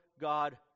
God